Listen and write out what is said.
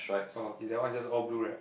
oh K that one is just all blue right